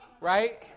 right